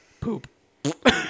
Poop